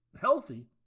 healthy